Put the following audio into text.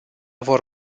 vor